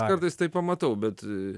kartais tai pamatau bet